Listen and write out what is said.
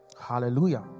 Hallelujah